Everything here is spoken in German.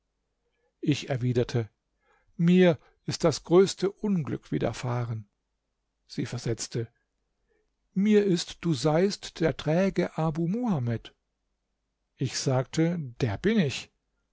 ich erwiderte mir ist das größte unglück widerfahren sie versetzte mir ist du seiest der träge abu muhamed ich sagte der bin ich